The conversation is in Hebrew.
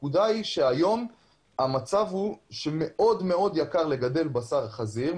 היום הוא שמאוד מאוד יקר לגדל בשר חזיר,